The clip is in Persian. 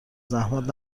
زحمت